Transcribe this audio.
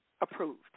approved